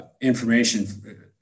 information